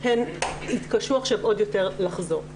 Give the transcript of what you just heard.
הן יתקשו עכשיו עוד יותר לחזור.